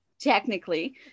technically